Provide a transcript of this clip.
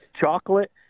chocolate